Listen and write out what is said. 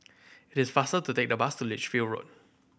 it is faster to take the bus to Lichfield Road